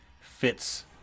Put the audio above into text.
fits